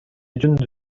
жөнүндө